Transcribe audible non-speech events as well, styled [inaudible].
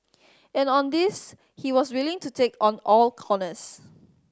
and on this he was willing to take on all [unintelligible]